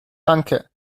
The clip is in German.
danke